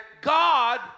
God